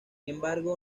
embargo